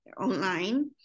online